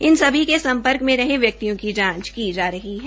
इन सभी के सम्पर्क में रहे व्यक्तियों की जांच की जा रही है